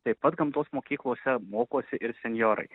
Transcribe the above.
taip pat gamtos mokyklose mokosi ir senjorai